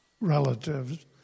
relatives